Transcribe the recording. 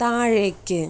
താഴേക്ക്